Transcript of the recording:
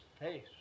face